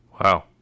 Wow